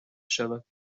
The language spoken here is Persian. شود